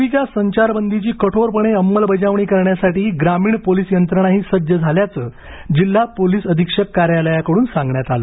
रात्रीच्या संचारबंदीची कठोरपणे अंमलबजावणी करण्यासाठी ग्रामीण पोलीस यंत्रणाही सज्ज झाल्याचं जिल्हा पोलीस अधीक्षक कार्यालयाकड्रन सांगण्यात आलं